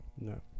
No